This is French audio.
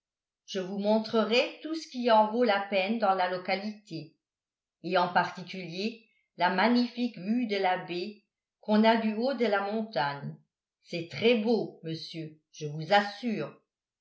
je vous montrerai tout ce qui en vaut la peine dans la localité et en particulier la magnifique vue de la baie qu'on a du haut de la montagne c'est très beau monsieur je vous assure